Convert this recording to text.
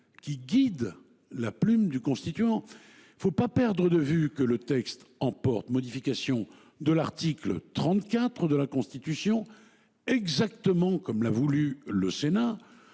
qui guide la plume du constituant. Il ne faut pas perdre de vue que le texte emporte modification de l’article 34 de la Constitution, exactement comme l’a voulu le Sénat.